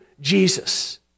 Jesus